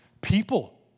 People